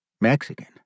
Mexican